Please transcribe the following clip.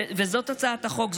וזאת הצעת החוק,